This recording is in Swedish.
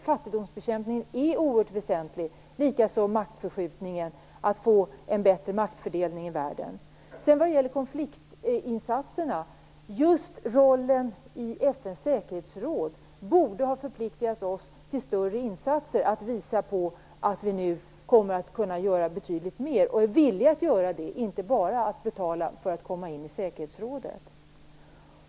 Fattigdomsbekämpningen är oerhört väsentlig, likaså maktförskjutningen, dvs. att få en bättre maktfördelning i världen. När det sedan gäller konfliktinsatserna borde just rollen i FN:s säkerhetsråd ha förpliktigat oss till större insatser, till att visa att vi nu kommer att kunna göra betydligt mer och även är villiga att göra det - inte bara att betala för att komma in i säkerhetsrådet.